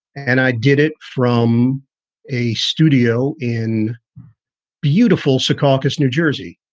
and i did it from a studio in beautiful secaucus, new jersey,